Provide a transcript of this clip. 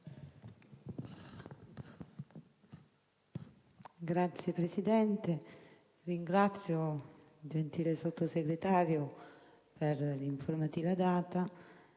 Signor Presidente, ringrazio il gentile Sottosegretario per l'informativa resa,